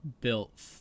built